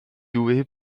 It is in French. doué